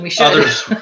others